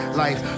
life